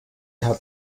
hat